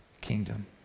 kingdom